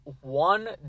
one